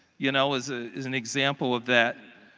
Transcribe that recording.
you know is ah is an example of that.